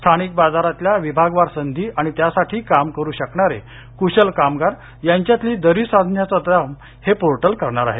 स्थानिक बाजारातल्या विभागवार संधी आणि त्यासाठी काम करू शकणारे क्रशल कामगार यांच्यातली दरी सांधण्याचं काम हे पोर्टल करेल